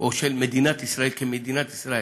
או של מדינת ישראל כמדינת ישראל.